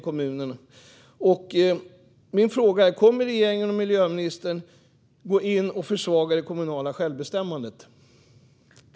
Kommer regeringen och miljöministern att försvaga det kommunala självbestämmandet?